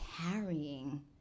carrying